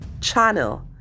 channel